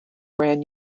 ran